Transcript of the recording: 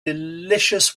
delicious